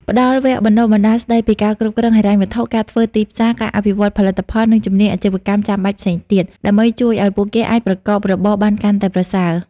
ផ្តល់វគ្គបណ្តុះបណ្តាលស្តីពីការគ្រប់គ្រងហិរញ្ញវត្ថុ ការធ្វើទីផ្សារ ការអភិវឌ្ឍផលិតផល និងជំនាញអាជីវកម្មចាំបាច់ផ្សេងទៀត ដើម្បីជួយឱ្យពួកគេអាចប្រកបរបរបានកាន់តែប្រសើរ ។